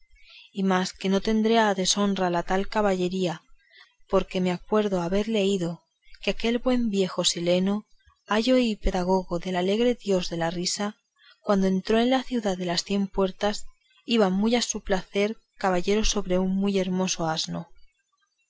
y más que no tendré a deshonra la tal caballería porque me acuerdo haber leído que aquel buen viejo sileno ayo y pedagogo del alegre dios de la risa cuando entró en la ciudad de las cien puertas iba muy a su placer caballero sobre un muy hermoso asno